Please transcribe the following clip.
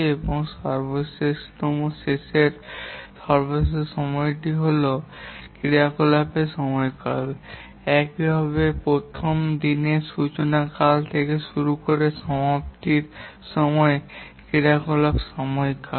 এবং সর্বশেষতম শেষের সর্বশেষতম সময় হল ক্রিয়াকলাপ সময়কাল একইভাবে প্রথম দিকের সূচনাকাল থেকে শুরু সমাপ্তির সময় ক্রিয়াকলাপ সময়কাল